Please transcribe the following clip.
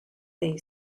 they